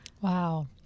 Wow